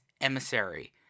Emissary